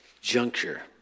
juncture